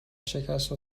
شکستشو